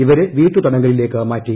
ഇവരെ വീട്ടുതടങ്കലിലേക്ക് മാറ്റി